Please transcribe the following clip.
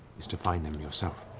is to find him yourself.